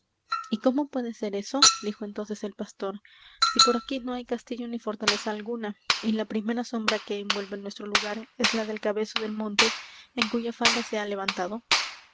y cómo puede ser eso dijo entonces el pastor si por aquí no hay castillo ni fortaleza alguna y la primera sombra que envuelve nuestro lugar es la del cabezo del monte en cuya falda se ha levantado